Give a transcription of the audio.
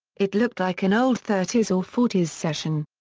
it looked like an old thirty s or forty s session.